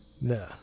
No